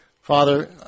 Father